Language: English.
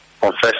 confess